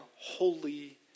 holy